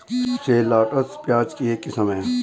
shallots, प्याज की एक किस्म है